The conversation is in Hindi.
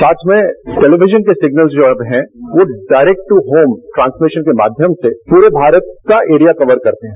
साथ में टेलीविजन के सिगनल्स जो अब हैं वो डायरेक्ट टू होम ट्रांसमिशन के माध्यम से पूरे भारत का एरिया कवर करते हैं